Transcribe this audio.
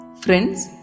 Friends